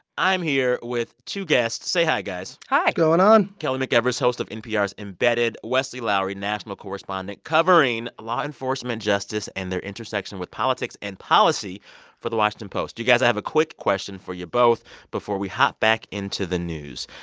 i'm here with two guests. say hi, guys hi what's going on? kelly mcevers, host of npr's embedded, wesley lowery, national correspondent covering law enforcement justice and their intersection with politics and policy for the washington post you guys, i have a quick question for you both before we hop back into the news.